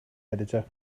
editor